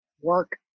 work